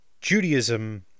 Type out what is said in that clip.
Judaism